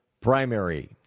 primary